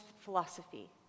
philosophy